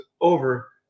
over